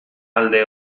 alde